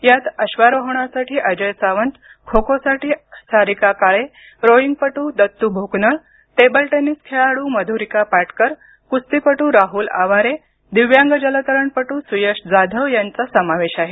यात अश्वारोहणासाठी अजय सावंत खो खोसाठी सारिका काळे रोईगपटू दत्तू भोकनळ टेबल टेनिस खेळाडू मधुरिका पाटकर कुस्तीपटू राहुल आवारे दिव्यांग जलतरणपटू सुयश जाधव यांचा समावेश आहे